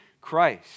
Christ